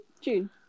June